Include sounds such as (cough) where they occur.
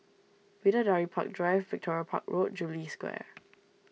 Bidadari Park Drive Victoria Park Road Jubilee Square (noise)